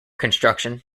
construction